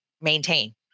maintain